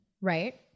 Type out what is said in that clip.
right